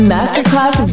Masterclass